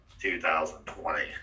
2020